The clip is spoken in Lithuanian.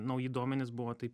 nauji duomenys buvo tai